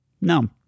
No